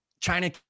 China